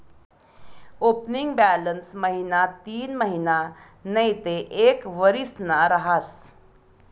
opening balance महिना तीनमहिना नैते एक वरीसना रहास